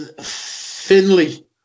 Finley